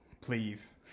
please